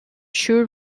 shu